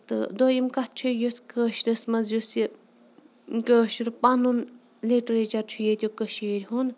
تہٕ دٔیِم کَتھ چھِ یہِ یِژھ کٲشرِس منٛز یُس یہِ کٲشُر پَنُن لِٹریچر چھُ ییٚتہِ کٔشیٖر ہُند